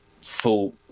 full